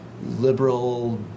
liberal